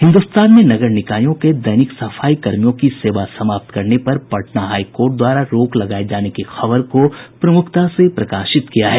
हिन्दुस्तान ने नगर निकायों के दैनिक सफाई कर्मियों की सेवा समाप्त करने पर पटना हाई कोर्ट द्वारा रोक लगाये जाने की खबर को प्रमुखता से प्रकाशित किया है